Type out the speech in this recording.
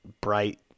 bright